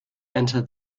entered